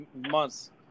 months